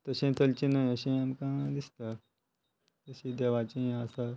तशें चलचें ना अशें आमकां दिसता जशी देवाचें हें आसा